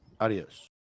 Adios